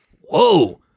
Whoa